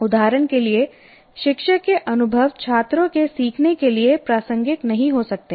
उदाहरण के लिए शिक्षक के अनुभव छात्रों के सीखने के लिए प्रासंगिक नहीं हो सकते हैं